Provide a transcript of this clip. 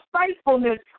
faithfulness